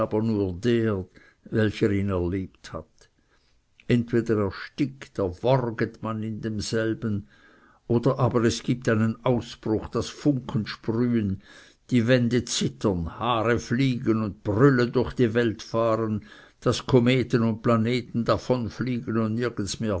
welcher ihn erlebt hat entweder erstickt erworget man in demselben oder aber es gibt einen ausbruch daß funken sprühen die wände zittern haare fliegen und brülle durch die welt fahren daß kometen und planeten davonfliegen und nirgends mehr